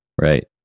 right